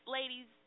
ladies